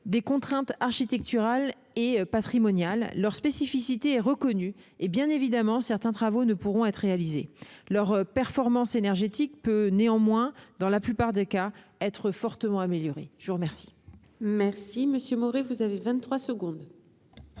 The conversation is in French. des contraintes architecturales et patrimoniales, leur spécificité est reconnue. Bien évidemment, certains travaux ne pourront être réalisés. Leur performance énergétique peut néanmoins, dans la plupart des cas, être fortement améliorée. La parole est à M. Hervé Maurey, pour la réplique.